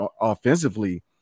offensively